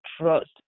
trust